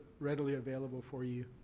readily available for you.